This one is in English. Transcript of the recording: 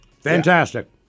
Fantastic